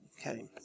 Okay